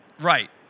right